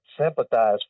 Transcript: sympathize